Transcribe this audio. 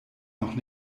noch